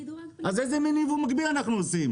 אז איזה מין יבוא מקבל אנחנו עושים?